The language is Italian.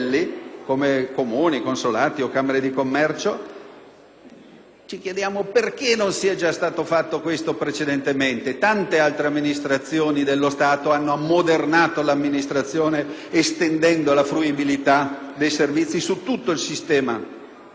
ci chiediamo perché non sia già stato fatto precedentemente; tante altre amministrazioni dello Stato hanno ammodernato l'amministrazione estendendo la fruibilità dei servizi su tutto il sistema di sportello del nostro Paese.